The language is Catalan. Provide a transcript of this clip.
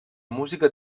música